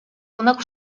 una